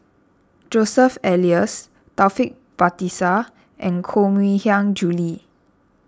Joseph Elias Taufik Batisah and Koh Mui Hiang Julie